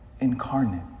incarnate